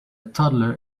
toddler